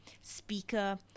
speaker